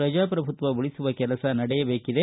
ಪ್ರಜಾಪ್ರಭುತ್ವ ಉಳಿಸುವ ಕೆಲಸ ಆಗಬೇಕಿದೆ